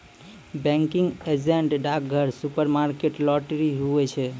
banking agent डाकघर, supermarket, lottery, हुवै छै